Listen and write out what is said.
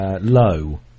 low